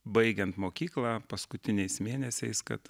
baigiant mokyklą paskutiniais mėnesiais kad